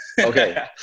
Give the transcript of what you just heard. Okay